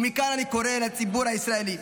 ומכאן אני קורא לציבור הישראלי,